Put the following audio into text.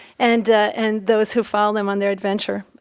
and and those who follow them on their adventure.